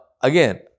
again